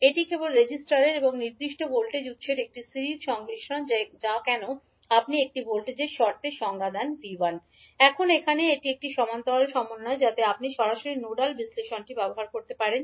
এটি কেবল রেজিস্টরের এবং নির্ভরশীল ভোল্টেজ উত্সের একটি সিরিজ সংমিশ্রণ যা কেন আপনি এটি ভোল্টেজ এর শর্তে সংজ্ঞা দেন 𝐕𝟏 এখন এখানে এটি একটি সমান্তরাল সমন্বয় যাতে আপনি সরাসরি নোডাল বিশ্লেষণটি ব্যবহার করতে পারেন